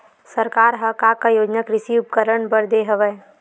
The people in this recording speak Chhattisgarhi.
सरकार ह का का योजना कृषि उपकरण बर दे हवय?